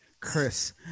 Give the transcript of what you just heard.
Chris